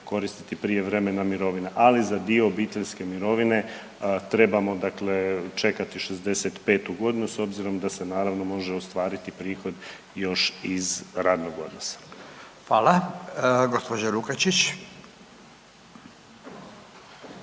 koristiti prijevremena mirovina, ali za dio obiteljske mirovine trebamo dakle čekati 65.g. s obzirom da se naravno može ostvariti prihod još iz radnog odnosa. **Radin, Furio